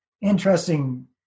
Interesting